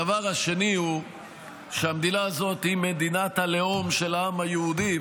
הדבר השני הוא שהמדינה הזאת היא מדינת הלאום של העם היהודי,